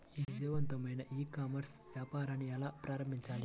విజయవంతమైన e commerce వ్యాపారాన్ని ఎలా ప్రారంభించాలి?